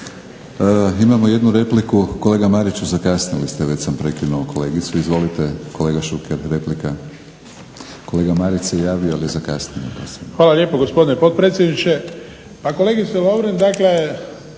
Hvala lijepo gospodine potpredsjedniče.